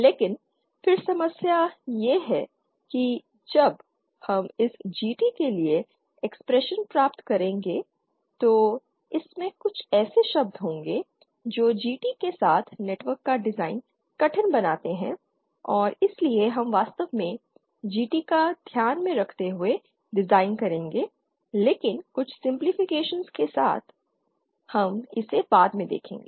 लेकिन फिर समस्या यह है कि जब हम इस GT के लिए एक्सप्रेशन प्राप्त करेंगे तो इसमें कुछ ऐसे शब्द होंगे जो GT के साथ नेटवर्क का डिज़ाइन कठिन बनाते हैं और इसलिए हम वास्तव में GT को ध्यान में रखते हुए डिजाइन करेंगे लेकिन कुछ सिम्प्लिफिकेशन्स के साथ हम इसे बाद में देखेंगे